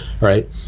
right